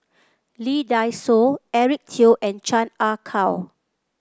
Lee Dai Soh Eric Teo and Chan Ah Kow